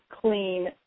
clean